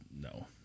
no